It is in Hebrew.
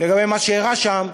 לגבי מה שאירע שם,